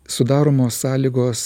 sudaromos sąlygos